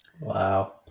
Wow